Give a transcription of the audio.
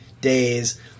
days